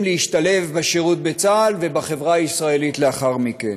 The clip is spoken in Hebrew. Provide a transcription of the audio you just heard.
להשתלב בשירות בצה"ל ובחברה הישראלית לאחר מכן.